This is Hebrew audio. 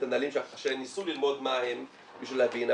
את הנהלים שניסו ללמוד מה הם בשביל להבין.